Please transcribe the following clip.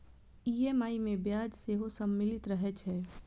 EMI मे ब्याज सेहो सम्मिलित रहै छै